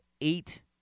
eight